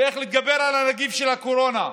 איך להתגבר על נגיף הקורונה.